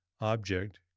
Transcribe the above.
object